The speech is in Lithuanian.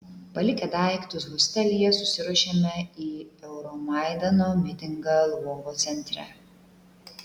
palikę daiktus hostelyje susiruošėme į euromaidano mitingą lvovo centre